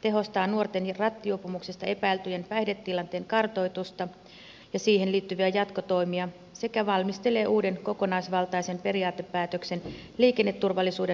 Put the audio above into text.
tehostaa nuorten rattijuopumuksesta epäiltyjen päihdetilanteen kartoitusta ja siihen liittyviä jatkotoimia sekä valmistelee uuden kokonaisvaltaisen periaatepäätöksen liikenneturvallisuuden parantamiseksi